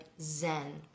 zen